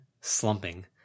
slumping